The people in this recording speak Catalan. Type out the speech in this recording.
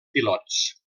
pilots